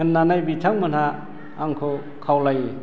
होननानै बिथांमोनहा आंखौ खावलायो